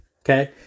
Okay